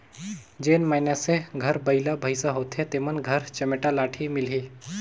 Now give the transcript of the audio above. जेन किसान घर बइला भइसा होथे तेमन घर चमेटा लाठी मिलही